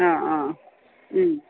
ആ ആ മ്മ്